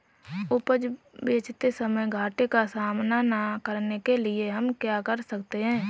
उपज बेचते समय घाटे का सामना न करने के लिए हम क्या कर सकते हैं?